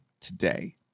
today